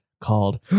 called